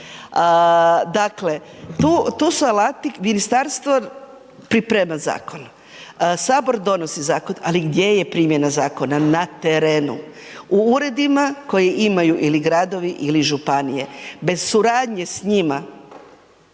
Dakle, tu su alati, ministarstvo priprema zakon, HS donosi zakon, ali gdje je primjena zakona na terenu, u uredima koji imaju ili gradovi ili županije, bez suradnje s njima,